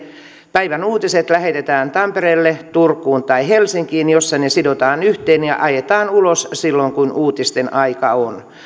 päivän uutiset lähetetään tampereelle turkuun tai helsinkiin missä ne sidotaan yhteen ja ajetaan ulos silloin kun uutisten aika on